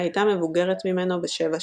שהייתה מבוגרת ממנו בשבע שנים.